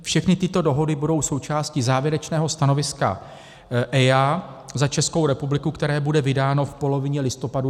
Všechny tyto dohody budou součástí závěrečného stanoviska EIA za Českou republiku, které bude vydáno v polovině listopadu 2019.